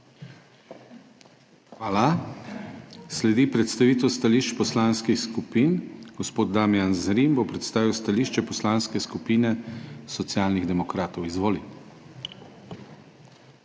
Hvala. Sledi predstavitev stališč poslanskih skupin. Gospod Damijan Zrim bo predstavil stališče Poslanske skupine Socialnih demokratov. Izvoli.